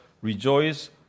Rejoice